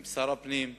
עם שר הפנים,